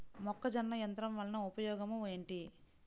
మొక్కజొన్న యంత్రం వలన ఉపయోగము ఏంటి?